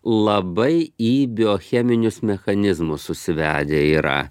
labai į biocheminius mechanizmus užsivedę yra